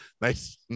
Nice